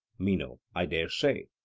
meno i dare say.